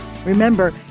Remember